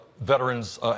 veterans